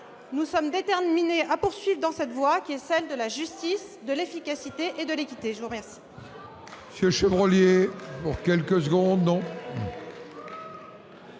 nous sommes déterminés à poursuivre dans cette voie, qui est celle de la justice, de l'efficacité et de l'équité. La parole